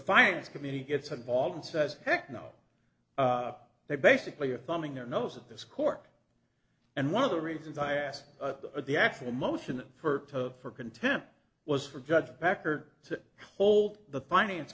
finance committee gets involved and says heck no they basically are thumbing their nose at this court and one of the reasons i asked the actual motion for for contempt was for judge packard to cold the finance